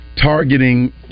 targeting